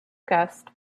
guest